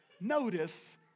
notice